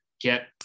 get –